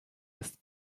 ist